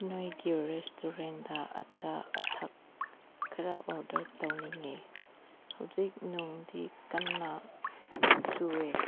ꯅꯣꯏꯒꯤ ꯔꯦꯖꯇꯨꯔꯦꯟꯗ ꯑꯆꯥ ꯑꯊꯛ ꯈꯔ ꯑꯣꯗꯔ ꯇꯧꯅꯤꯡꯉꯦ ꯍꯧꯖꯤꯛ ꯅꯣꯡꯗꯤ ꯀꯟꯅ ꯆꯨꯏꯌꯦ